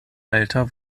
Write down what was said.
alter